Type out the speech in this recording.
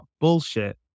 bullshit